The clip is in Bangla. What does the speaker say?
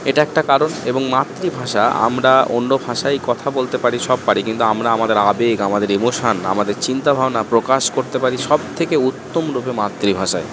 এটা একটা কারণ এবং মাতৃভাষা আমরা অন্য ভাষায় কথা বলতে পারি সব পারি কিন্তু আমরা আমাদের আবেগ আমাদের ইমোশন আমাদের চিন্তাভাবনা প্রকাশ করতে পারি সব থেকে উত্তম রূপে মাতৃভাষায়